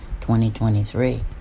2023